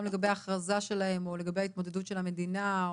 גם לגבי ההכרזה שלהם או ההתמודדות של המדינה?